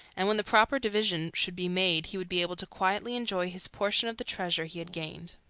and when the proper division should be made he would be able to quietly enjoy his portion of the treasure he had gained.